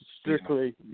strictly